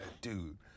dude